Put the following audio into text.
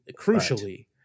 crucially